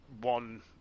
one